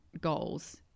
goals